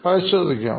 പരിശോധിക്കാം